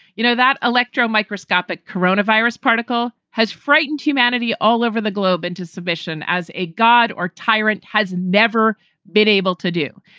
you know that electro microscopic corona virus particle has frightened humanity all over the globe into submission as a god or tyrant has never been able to do.